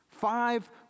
five